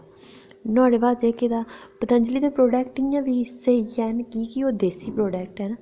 नुहाड़े बाद जेह्के तां पतंजलि दे प्राडक्ट इ'यां बी स्हेई गै न की के ओह् देसी प्राडक्ट न